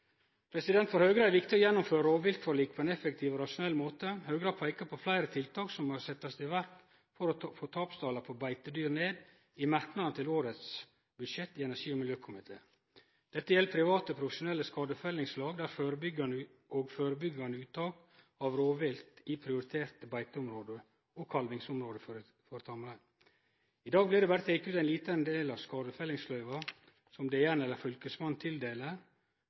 For Høgre er det viktig å gjennomføre rovviltforliket på ein effektiv og rasjonell måte. Høgre har i energi- og miljøkomiteens merknadar til årets budsjett peika på fleire tiltak som må setjast i verk for å få tapstala på beitedyr ned, som private/profesjonelle skadefellingslag, og førebyggande uttak av rovvilt i prioriterte beiteområde og kalvingsområde for tamrein. I dag blir det berre teke ut ein liten del av skadefellingsløyva som Direktoratet for naturforvaltning eller Fylkesmannen tildeler.